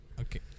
Okay